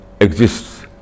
exists